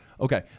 Okay